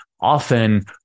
often